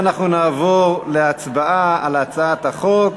אנחנו נעבור להצבעה על הצעת החוק.